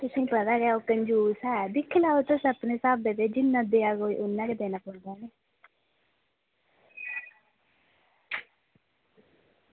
तुसेंगी पता ओह् कंजूस ऐ दिक्खी लैओ तुस अपने स्हाबै दे जिन्ना देऐ कोई इन्ना देना गै पौंदा ऐ